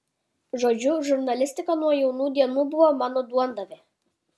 žodžiu žurnalistika nuo jaunų dienų buvo mano duondavė